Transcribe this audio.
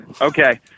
Okay